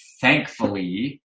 thankfully